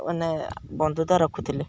ମାନେ ବନ୍ଧୁତା ରଖୁଥିଲେ